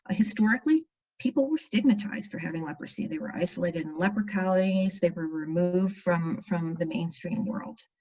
ah historically people were stigmatized for having leprosy they were isolated leper colonies they were removed from from the mainstream world.